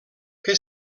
que